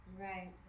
Right